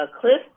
cliff